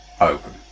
open